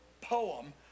poem